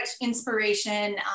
inspiration